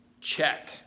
check